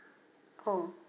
oh